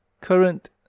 current